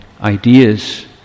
ideas